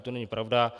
To není pravda.